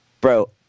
Bro